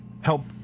help